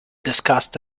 discussed